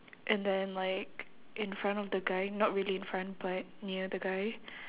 and then like in front of the guy not really in front but near the guy